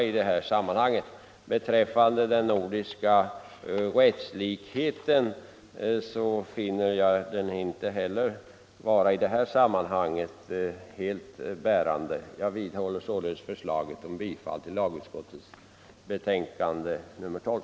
Principen om nordisk rättslikhet finner jag inte heller vara helt bärande i detta sammanhang. Jag vidhåller således förslaget om bifall till lagutskottets hemställan i dess betänkande nr 12.